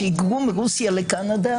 שהיגרו מרוסיה לקנדה,